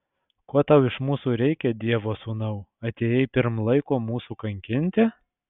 ko tau iš mūsų reikia dievo sūnau atėjai pirm laiko mūsų kankinti